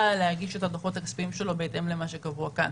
להגיש את הדוחות הכספיים שלו בהתאם למה שקבוע כאן.